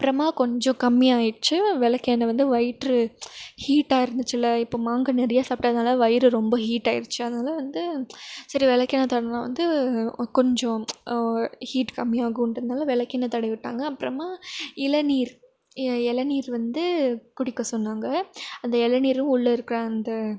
அப்புறமாக கொஞ்சம் கம்மியாயிடுச்சி விளக்கெண்ண வந்து வயிற்று ஹீட்டாக இருந்துச்சில்ல இப்போது மாங்காய் நிறையா சாப்பிட்டதுனால வயிறு ரொம்ப ஹீட் ஆகிருச்சி அதனால் வந்து சரி விளக்கெண்ண தடவினா வந்து கொஞ்சம் ஹீட் கம்மியாகுன்றதுனால் விளக்கெண்ண தடவி விட்டாங்க அப்புறமாக இளநீர் இளநீர் வந்து குடிக்கச் சொன்னாங்க அந்த இளநீரும் உள்ளே இருக்கிற அந்த